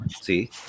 See